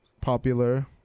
popular